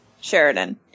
Sheridan